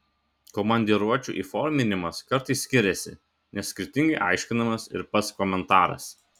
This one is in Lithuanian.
komandiruočių įforminimas kartais skiriasi nes skirtingai aiškinamas ir pats komentaras